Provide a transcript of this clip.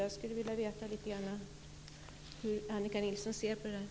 Jag skulle vilja veta lite om hur Annika Nilsson ser på det här.